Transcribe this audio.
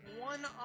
one